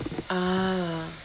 ah